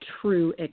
true